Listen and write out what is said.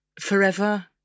forever